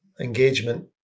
engagement